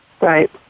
Right